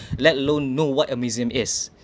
let alone know what a museum is